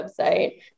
website